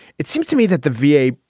it seems to me that the v a.